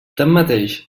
tanmateix